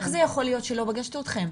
איך זה יכול להיות שלא פגשתי אתכם?